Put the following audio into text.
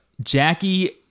Jackie